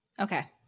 Okay